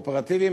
האופרטיביים,